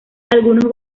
algunos